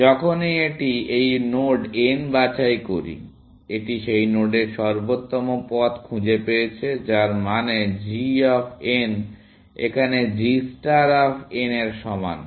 যখনই এটি এই নোড n বাছাই করি এটি সেই নোডের সর্বোত্তম পথ খুঁজে পেয়েছে যার মানে g অফ n এখানে g ষ্টার অফ n এর সমান